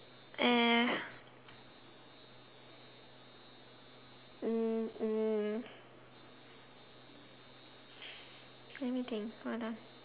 uh um um let me think what ah